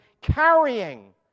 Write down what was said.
carrying